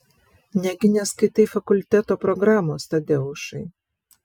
negi neskaitai fakulteto programos tadeušai